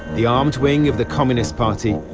the armed wing of the communist party,